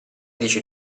dici